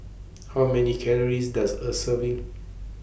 How Many Calories Does A Serving